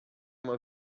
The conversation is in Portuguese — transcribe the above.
uma